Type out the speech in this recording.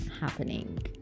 happening